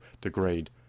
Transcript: degrade